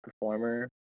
performer